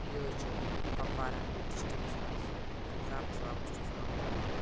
یِہوے چھِ کُپوارا ڈِسٹِرٛکَس منٛز یِم کراپٕس واپٕس چھِ أسۍ وۄبداوان